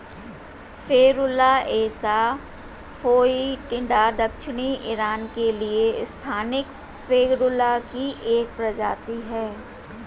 Ferula asafoetida दक्षिणी Iran के लिए स्थानिक फेरुला की एक प्रजाति है